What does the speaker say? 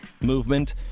movement